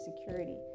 security